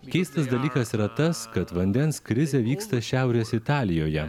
keistas dalykas yra tas kad vandens krizė vyksta šiaurės italijoje